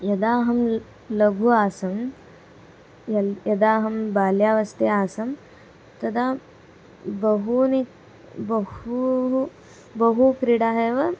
यदा अहं लघु आसम् यदा अहं बाल्यावस्था आसम् तदा बहूनि बहु बहु क्रीडाः एव